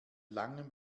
langem